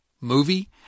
movie